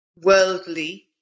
worldly